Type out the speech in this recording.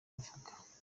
avuga